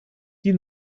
die